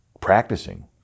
practicing